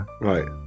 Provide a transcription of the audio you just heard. right